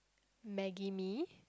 maggi mee